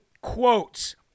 quotes